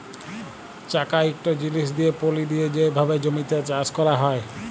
চাকা ইকট জিলিস দিঁয়ে পলি দিঁয়ে যে ভাবে জমিতে চাষ ক্যরা হয়